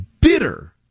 bitter